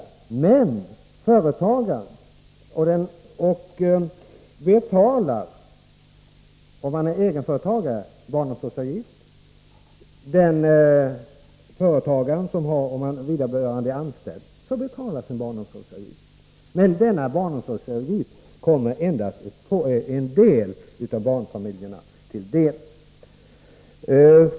Egenföretagaren betalar själv barnomsorgsavgift, och om mannen är anställd betalar hans arbetsgivare denna avgift, men barnomsorgsavgiften kommer endast en del av barnfamiljerna till del.